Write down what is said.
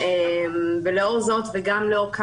אמרתי,